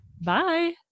Bye